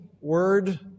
word